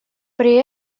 при